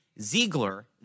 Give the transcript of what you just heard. Ziegler